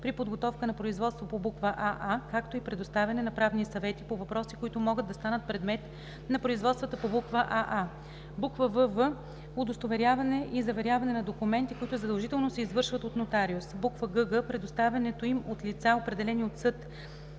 при подготовката на производство по буква „aа“, както и предоставяне на правни съвети по въпроси, които могат да станат предмет на производствата по буква „aа“; вв) удостоверяване и заверяване на документи, които задължително се извършват от нотариус; гг) предоставянето им от лица, определени от съд